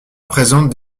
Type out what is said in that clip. présente